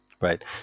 Right